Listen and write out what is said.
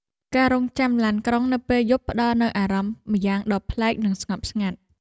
ការរង់ចាំឡានក្រុងនៅពេលយប់ផ្ដល់នូវអារម្មណ៍ម្យ៉ាងដ៏ប្លែក និងស្ងប់ស្ងាត់។